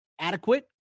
Adequate